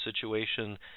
situation